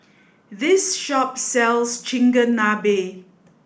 this shop sells Chigenabe